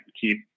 keep